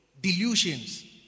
Delusions